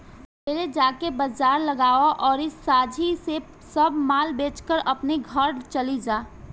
सुबेरे जाके बाजार लगावअ अउरी सांझी से सब माल बेच के अपनी घरे चली जा